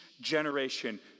generation